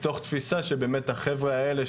מתוך תפיסה שבאמת החבר'ה האלה,